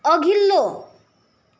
अघिल्लो